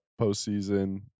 postseason